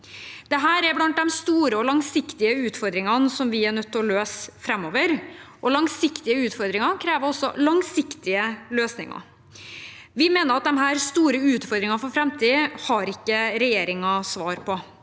Dette er blant de store og langsiktige utfordringene som vi er nødt til å løse framover, og langsiktige utfordringer krever også langsiktige løsninger. Vi mener at disse store utfordringene for framtiden er noe regjeringen ikke har